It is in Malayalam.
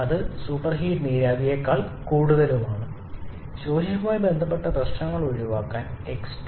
അത് സൂപ്പർഹീറ്റ്നീരാവിയെക്കാൾ കൂടുതലാണ് ശോഷിപ്പുമായി ബന്ധപ്പെട്ട പ്രശ്നങ്ങൾ ഒഴിവാക്കാൻ 𝑥2 ≥ 0